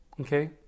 Okay